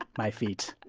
my feet.